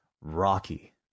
Rocky